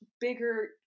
bigger